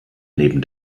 neben